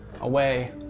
away